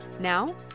Now